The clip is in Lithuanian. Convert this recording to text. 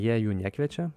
jie jų nekviečia